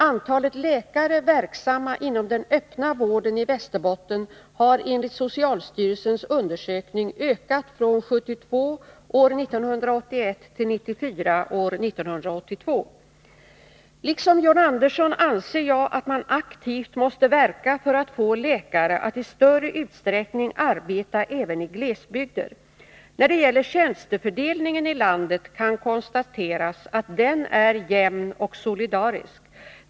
Antalet läkare verksamma inom den öppna vården i Västerbotten har enligt socialstyrelsens undersökning ökat från 72 år 1981 till 94 år 1982. Liksom John Andersson anser jag att man aktivt måste verka för att få läkare att i större utsträckning arbeta även i glesbygder. När det gäller tjänstefördelningen i landet kan konstateras att den är jämn och solidarisk.